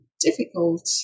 difficult